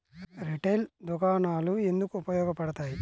Retail దుకాణాలు ఎందుకు ఉపయోగ పడతాయి?